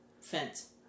fence